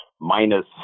minus